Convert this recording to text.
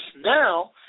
now